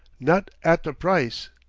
not at the price,